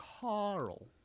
Carl